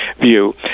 view